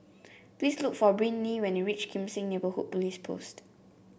please look for Brynlee when you reach Kim Seng Neighbourhood Police Post